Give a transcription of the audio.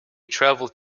travelled